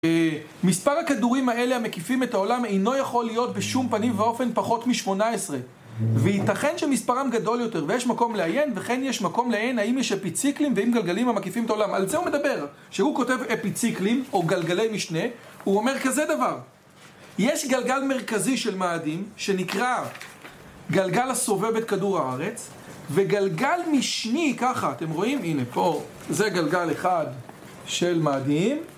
מספר הכדורים האלה המקיפים את העולם אינו יכול להיות בשום פנים ואופן פחות מ-18 וייתכן שמספרם גדול יותר ויש מקום לעיין, וכן יש מקום לעיין האם יש אפיציקלים ואם גלגלים המקיפים את העולם על זה הוא מדבר, שהוא כותב אפיציקלים, או גלגלי משנה, הוא אומר כזה דבר יש גלגל מרכזי של מאדים שנקרא גלגל הסובב את כדור הארץ וגלגל משני ככה, אתם רואים? הנה פה, זה גלגל אחד של מאדים